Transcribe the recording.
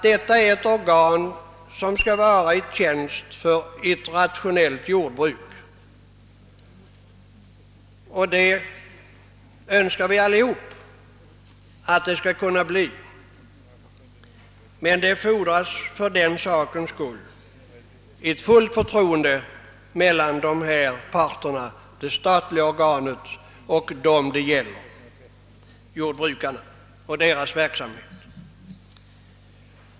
Det är ett organ som skall stå i ett rationellt jordbruks tjänst. Det önskar alla att det skall kunna bli. Men då fordras fullt förtroende mellan parterna, d. v. s. det statliga organet och jordbrukarna.